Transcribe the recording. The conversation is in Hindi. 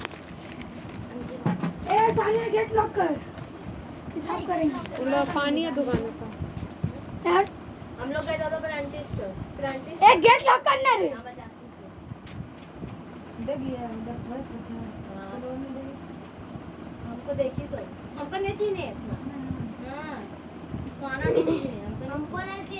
अगर मैं स्वास्थ्य बीमा लेता हूं तो मुझे कितने लाख का कवरेज मिलेगा?